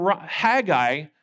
Haggai